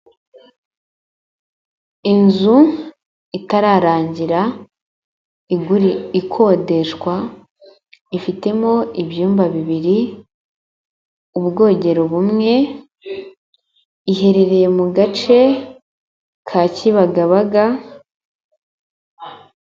Inzu itararangira ikodeshwa, ifitemo ibyumba bibiri, ubwogero bumwe, iherereye mu gace ka Kibagabaga.